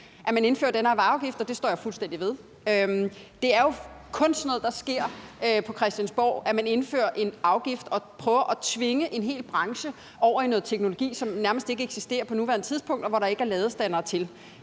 at man indfører den her vejafgift, og det står jeg fuldstændig ved. Det er jo kun sådan noget, der sker på Christiansborg; man indfører en afgift og prøver at tvinge en hel branche over i noget teknologi, som nærmest ikke eksisterer på nuværende tidspunkt, og som der ikke er ladestandere nok